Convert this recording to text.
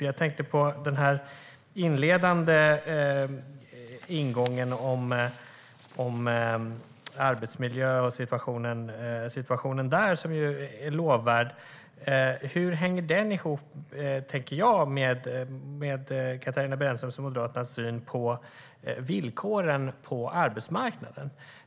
Jag tänker på inledningen om arbetsmiljö och situationen där, som ju är lovvärd. Jag undrar hur den hänger ihop med Katarina Brännströms och Moderaternas syn på villkoren på arbetsmarknaden.